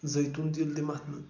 زایتوٗن تیٖل تہِ مَتھنہٕ